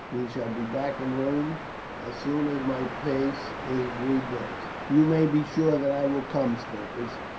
we shall be back in rome as soon as my place is rebuilt. you may be sure that i will come, scopus.